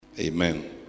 amen